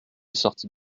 sortit